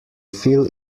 fill